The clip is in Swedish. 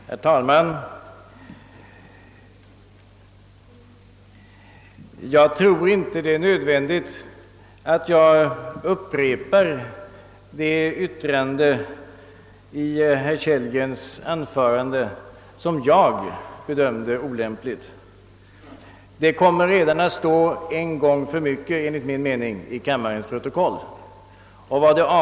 Herr talman! Jag tror inte att det är nödvändigt att jag upprepar den passus i herr Kellgrens anförande som jag bedömde som olämplig. Det yttrandet kommer ändå att stå en gång för mycket i kammarens protokoll enligt min mening.